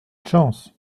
chance